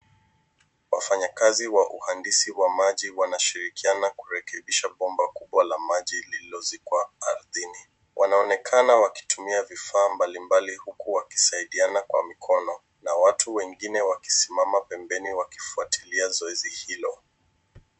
Wafanyakazi wa uhandisi wa maji wanashirikiana kurekebisha bomba kubwa la maji lililozikwa ardhini. Wanaonekana wakitumia vifaa mbalimbali huku wakisaidiana kwa mikono na watu wengine wakisimama pembeni wakifuatilia zoezi hilo.